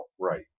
Right